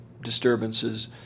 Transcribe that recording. disturbances